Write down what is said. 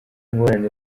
ingorane